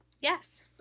Yes